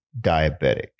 diabetic